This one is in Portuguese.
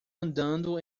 andando